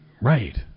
Right